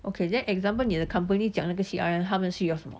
okay then example 你的 company 讲那个 C_R_M 他们需要什么